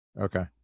Okay